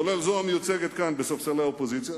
גם זו המיוצגת כאן בספסלי האופוזיציה,